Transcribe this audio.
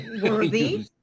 worthy